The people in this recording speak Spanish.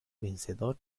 vencedor